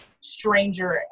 stranger